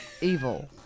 evil